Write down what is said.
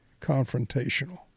confrontational